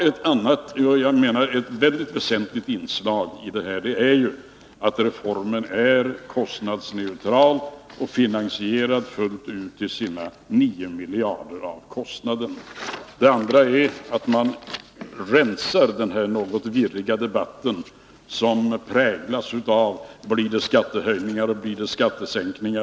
Ett väldigt väsentligt inslag är att reformen är kostnadsneutral och fullt ut finansierad till sina 9 miljarder. Det andra är att man rensar den här något virriga debatten som präglats av: Blir det skattehöjningar eller blir det skattesänkningar?